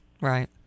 right